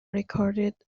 recorded